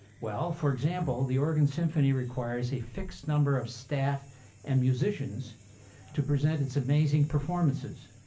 well, for example, the oregon symphony requires a fixed number of staff and musicians to present its amazing performances.